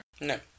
No